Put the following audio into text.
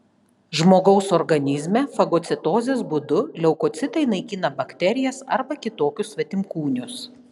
žmogaus organizme fagocitozės būdu leukocitai naikina bakterijas arba kitokius svetimkūnius